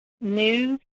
news